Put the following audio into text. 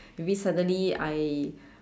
maybe suddenly I